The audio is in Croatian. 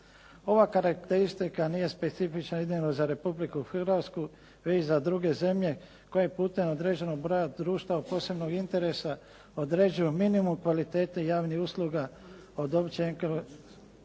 Ova karakteristika nije specifična idejno za Republiku Hrvatsku već i za druge zemlje koje putem određeno broja društva od posebnog interesa određuje minimum kvalitete javnih usluga od opće